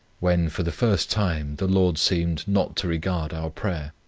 when, for the first time the lord seemed not to regard our prayer.